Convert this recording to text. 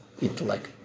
intellect